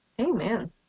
Amen